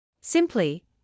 Simply